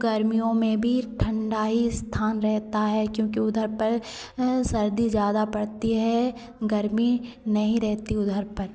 गर्मियों में भी ठण्डा ही अस्थान रहता है क्योंकि उधर पर सर्दी ज़्यादा पड़ती है गर्मी नहीं रहती उधर पर